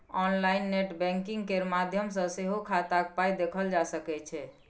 online net banking केर माध्यम सँ सेहो खाताक पाइ देखल जा सकै छै